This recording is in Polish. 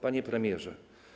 Panie Premierze!